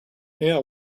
air